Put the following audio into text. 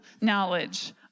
knowledge